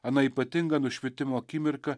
ana ypatinga nušvitimo akimirka